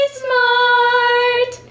smart